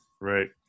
Right